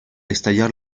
estallar